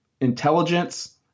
intelligence